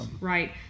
Right